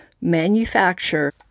manufacture